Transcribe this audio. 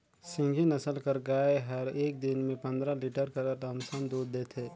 सिंघी नसल कर गाय हर एक दिन में पंदरा लीटर कर लमसम दूद देथे